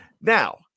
Now